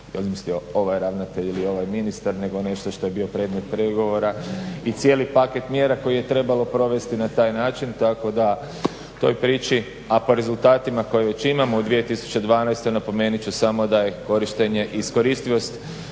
izmislio ovaj ravnatelj ili ovaj ministar nego nešto što je bio predmet pregovora i cijeli paket mjera koji je trebalo provesti na taj način tako da toj priči. A po rezultatima koje već imamo u 2012. napomenut ću samo da je korištenje i iskoristivost